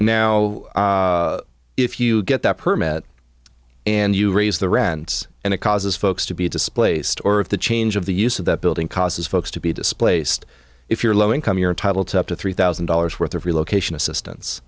now if you get that permit and you raise the rents and it causes folks to be displaced or if the change of the use of the building causes folks to be displaced if you're low income you're entitled to up to three thousand dollars worth of relocation assistance